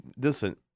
listen